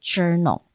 Journal 》